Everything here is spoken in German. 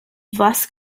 was